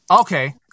Okay